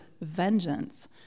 vengeance